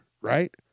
right